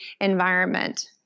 environment